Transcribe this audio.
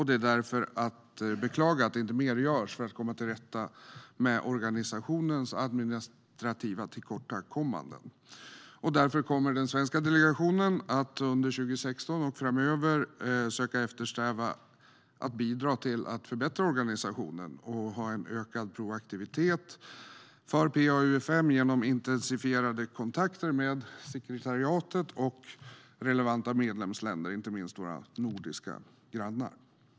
Det är därför att beklaga att inte mer görs för att komma till rätta med organisationens administrativa tillkortakommanden. Därför kommer den svenska delegationen att under 2016 och framöver eftersträva att bidra till att förbättra organisationen och ha en ökad proaktivitet för PA-UfM genom intensifierade kontakter med sekretariatet och relevanta medlemsländer, inte minst våra nordiska grannar.